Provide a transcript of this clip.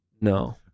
No